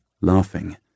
laughing